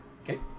okay